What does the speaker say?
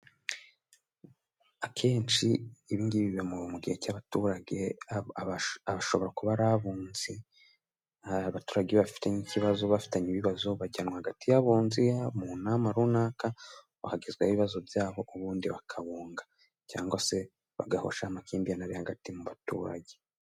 Akenshi ibingibi biba mu gihe cy'abaturage, aba bashobora kuba ari abunzi, hari abaturage bafitanye ikibazo bafitanye ibibazo bajyanwa hagati y'abunzi munama runaka ,bakagezwaho ibibazo byabo ubundi bakabunga cyangwa se bagahosha amakimbirane ari hagati mu baturage.